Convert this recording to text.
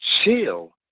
chill